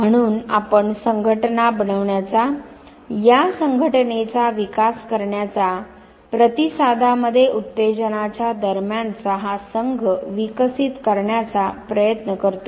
म्हणून आपण संघटना बनवण्याचा या संघटनेचा विकास करण्याचा प्रतिसादा मध्ये उत्तेजनाच्या दरम्यानचा हा संघ विकसित करण्याचा प्रयत्न करतो